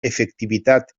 efectivitat